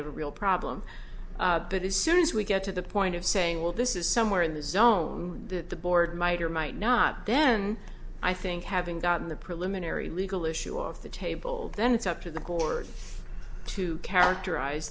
have a real problem but as soon as we get to the point of saying well this is somewhere in the zone that the board might or might not then i think having gotten the preliminary legal issue off the table then it's up to the court to characterize